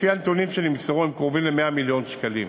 לפי הנתונים שנמסרו, קרובה ל-100 מיליון שקלים,